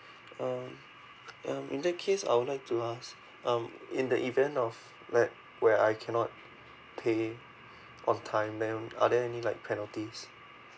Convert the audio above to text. um um in that case I would like to ask um in the event of like where I cannot pay on time then are there any like penalties